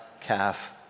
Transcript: calf